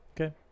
Okay